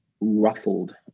ruffled